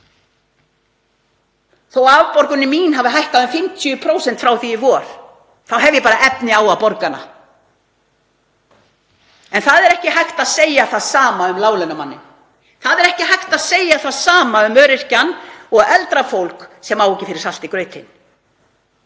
Þó að afborgunin mín hafi hækkað um 50% frá því í vor þá hef ég efni á að borga hana. En það er ekki hægt að segja það sama um láglaunamanninn. Það er ekki hægt að segja það sama um öryrkjann og eldra fólk sem á ekki fyrir salti í grautinn.